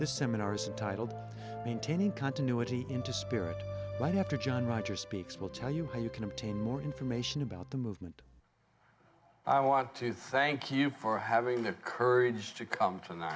the seminars titled maintaining continuity into spirit right after john rogers speaks we'll tell you but you can obtain more information about the movement i want to thank you for having the courage to come to